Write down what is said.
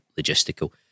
logistical